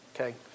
okay